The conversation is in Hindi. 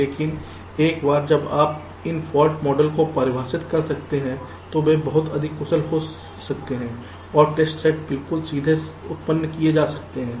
लेकिन एक बार जब आप इन फाल्ट मॉडल को परिभाषित कर सकते हैं तो वे बहुत कुशल हो सकते हैं और टेस्ट सेट बिल्कुल सीधे उत्पन्न किया जा सकता है